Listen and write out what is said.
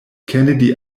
kennedy